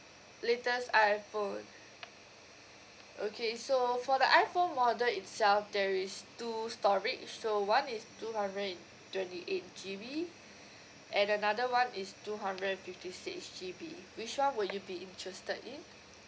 latest iphone okay so for the iphone model itself there is two storage so one is two hundred and twenty eight G_B and another one is two hundred and fifty six G_B which one would you be interested in